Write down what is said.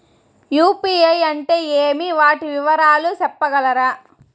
UPI అంటే ఏమి? వాటి వివరాలు సెప్పగలరా?